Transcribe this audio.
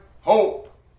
hope